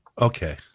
okay